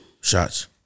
Shots